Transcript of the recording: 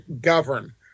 govern